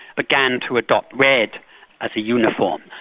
began to adopt red as a uniform.